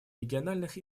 региональных